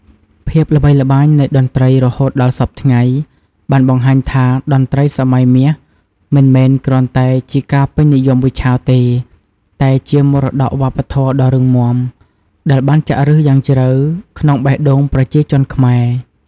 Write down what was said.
ភាពល្បាញល្បីនៃតន្រ្តីរហូតដល់សព្វថ្ងៃ បានបង្ហាញថា តន្ត្រីសម័យមាសមិនមែនគ្រាន់តែជាការពេញនិយមមួយឆាវទេ តែជា មរតកវប្បធម៌ដ៏រឹងមាំ ដែលបានចាក់ឫសយ៉ាងជ្រៅក្នុងបេះដូងប្រជាជនខ្មែរ។